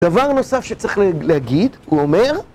דבר נוסף שצריך להגיד, הוא אומר